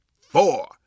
four